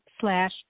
slash